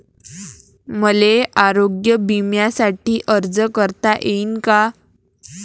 मले आरोग्य बिम्यासाठी अर्ज करता येईन का?